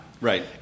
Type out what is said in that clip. Right